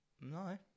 No